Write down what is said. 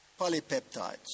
polypeptides